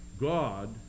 God